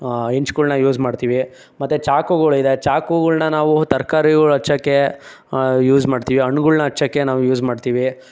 ಹೆಂಚುಗಳನ್ನ use ಮಾಡ್ತೀವಿ ಮತ್ತೆ ಚಾಕುಗಳು ಇದೆ ಚಾಕುಗಳನ್ನ ನಾವು ತರಕಾರಿಗಳು ಹಚ್ಚೋಕ್ಕೆ ಯೂಸ್ ಮಾಡ್ತೀವಿ ಹಣ್ಣುಗಳನ್ನ ಹಚ್ಚೋಕ್ಕೆ ನಾವು ಯೂಸ್ ಮಾಡ್ತೀವಿ